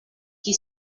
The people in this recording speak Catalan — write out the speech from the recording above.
qui